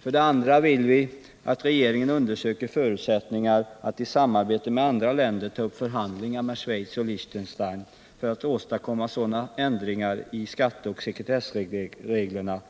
För det andra vill vi att regeringen undersöker förutsättningarna för att i samarbete med andra länder ta upp förhandlingar med Schweiz och Liechtenstein för att åstadkomma sådana ändringar i skatteoch sekretessreglerna